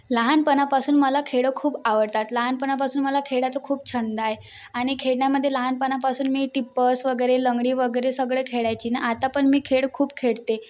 लहानपणापासून मला खेळ खूप आवडतात लहानपणापासून मला खेळाचं खूप छंद आहे आणि खेळण्यामध्ये लहानपणापासून मी टिप्पस वगैरे लंगडी वगैरे सगळे खेळायची न आता पण मी खेळ खूप खेळते